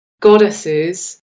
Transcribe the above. goddesses